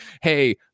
hey